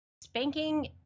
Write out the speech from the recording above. Spanking